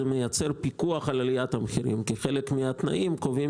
זה מייצר פיקוח על עליית מחירים כי חלק מהתנאים קובעים